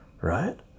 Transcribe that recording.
right